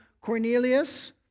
Cornelius